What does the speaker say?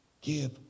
give